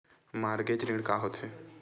Mortgage ऋण का होथे?